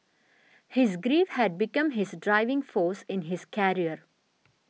his grief had become his driving force in his career